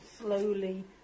slowly